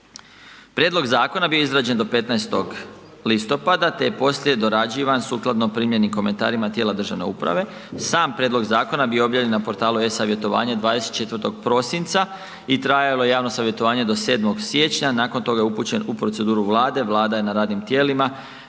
Prijedlog zakona bio je izrađen do 15. listopada te je poslije dorađivan sukladno primjeni komentarima tijela državne uprave. Sam prijedlog zakona bio je objavljen na portalu e-savjetovanje 24. prosinca i trajalo je javno savjetovanje do 7. siječnja, nakon toga je upućen u proceduru Vlade, Vlada je na radnim tijelima